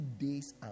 days